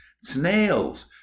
Snails